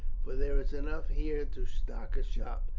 for there is enough here to stock a shop.